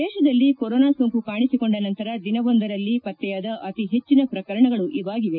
ದೇಶದಲ್ಲಿ ಕೊರೋನಾ ಸೋಂಕು ಕಾಣಿಸಿಕೊಂಡ ನಂತರ ದಿನವೊಂದರಲ್ಲಿ ಪತ್ತೆಯಾದ ಅತಿ ಪೆಚ್ಚಿನ ಪ್ರಕರಣಗಳು ಇವಾಗಿವೆ